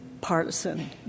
partisan